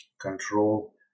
control